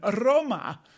Roma